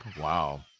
Wow